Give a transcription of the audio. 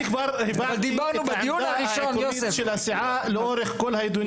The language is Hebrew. אני כבר הבעתי את העמדה העקרונית של הסיעה לאורך כל הדיונים.